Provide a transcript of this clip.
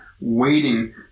waiting